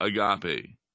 agape